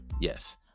Yes